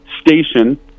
station